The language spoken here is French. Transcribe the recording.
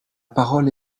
parole